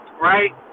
right